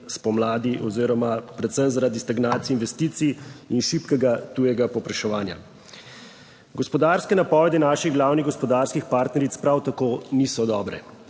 spomladi oziroma predvsem, zaradi stagnacij investicij in šibkega tujega povpraševanja. Gospodarske napovedi naših glavnih gospodarskih partneric prav tako niso dobre.